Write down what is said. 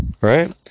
Right